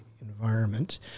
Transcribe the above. environment